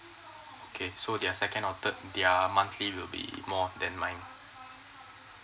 okay so their second or third their monthly will be more than mine